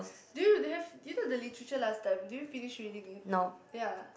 dude they have do you know the literature last time did you finish reading it ya